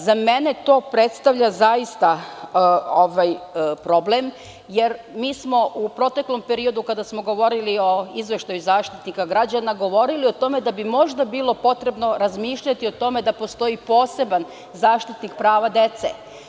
Za mene to predstavlja problem, jer smo u proteklom periodu, kada smo govorili o Izveštaju Zaštitnika građana govorili o tome da bi možda bilo potrebno razmišljati o tome da postoji poseban zaštitnik prava dece.